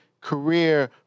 career